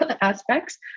aspects